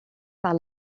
par